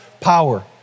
power